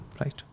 right